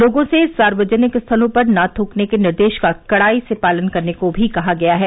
लोगों से सार्वजनिक स्थलों पर न थूकने के निर्देश का कड़ाई से पालन करने को भी कहा गया है